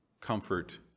comfort